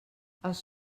els